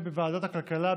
בוועדת הכלכלה,